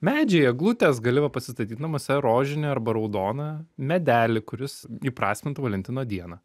medžiai eglutės gali va pasistatyt namuose rožinį arba raudoną medelį kuris įprasmintų valentino dieną